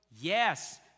Yes